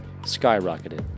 skyrocketed